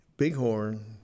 Bighorn